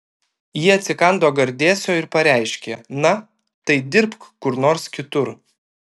ji atsikando gardėsio ir pareiškė na tai dirbk kur nors kitur